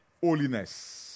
holiness